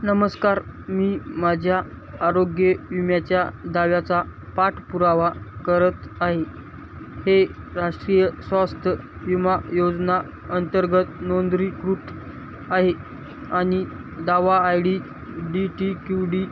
नमस्कार मी माझ्या आरोग्य विम्याच्या दाव्याचा पाठपुरावा करत आहे हे राष्ट्रीय स्वास्थ्य विमा योजना अंतर्गत नोंदरीकृत आहे आणि दावा I D D T Q D